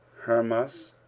hermas,